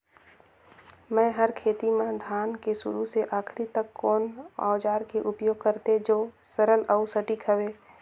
मै हर खेती म धान के शुरू से आखिरी तक कोन औजार के उपयोग करते जो सरल अउ सटीक हवे?